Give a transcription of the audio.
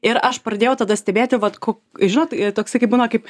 ir aš pradėjau tada stebėti vat ko žinot toksai kaip būna kaip